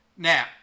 Now